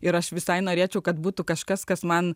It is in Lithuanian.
ir aš visai norėčiau kad būtų kažkas kas man